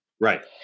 Right